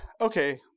Okay